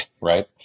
right